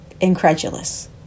incredulous